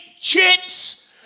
chips